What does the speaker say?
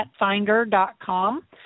petfinder.com